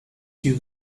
you